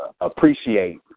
appreciate